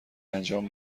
انجام